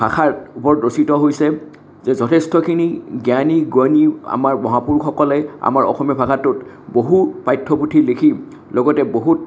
ভাষাৰ ওপৰত ৰচিত হৈছে যে যথেষ্টখিনি জ্ঞানী গুণী আমাৰ মহাপুৰুষসকলে আমাৰ অসমীয়া ভাষাটোত বহু পাঠ্য পুথি লিখি লগতে বহুত